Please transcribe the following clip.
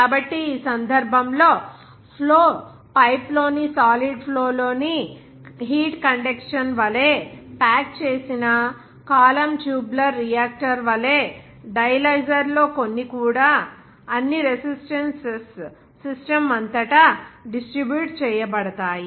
కాబట్టి ఈ సందర్భంలోఫ్లో పైప్ లోని సాలిడ్ ఫ్లో లోని హీట్ కండక్షన్ వలె ప్యాక్ చేసిన కాలమ్ ట్యూబులర్ రియాక్టర్ వలె డయలైజర్ లో కూడా అన్ని రెసిస్టెన్సుస్ సిస్టమ్ అంతటా డిస్ట్రిబ్యూట్ చేయబడతాయి